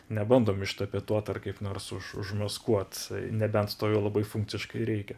nebandom ištapetuot ar kaip nors už užmaskuot nebent stovi labai funkciškai reikia